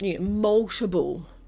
multiple